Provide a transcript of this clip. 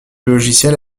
logiciel